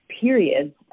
periods